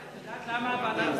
את יודעת למה ועדת השרים,